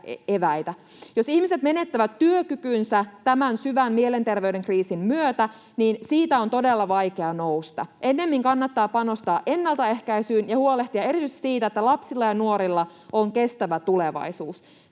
Jos ihmiset menettävät työkykynsä tämän syvän mielenterveyden kriisin myötä, niin siitä on todella vaikea nousta. Ennemmin kannattaa panostaa ennaltaehkäisyyn ja huolehtia erityisesti siitä, että lapsilla ja nuorilla on kestävä tulevaisuus.